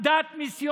חברת הכנסת